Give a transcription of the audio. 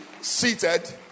seated